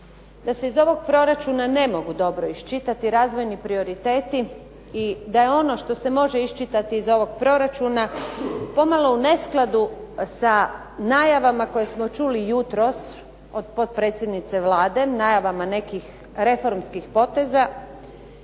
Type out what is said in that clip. da se iz ovog proračuna ne mogu dobro iščitati razvojni prioriteti i da je ono što se može iščitati iz ovog proračuna pomalo u neskladu sa najavama koje smo čuli jutros od potpredsjednice Vlade, najavama nekih reformskih poteza,